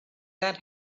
that